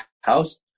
house